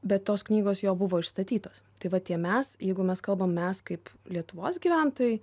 bet tos knygos jo buvo išstatytos tai va tie mes jeigu mes kalbam mes kaip lietuvos gyventojai